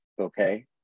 Okay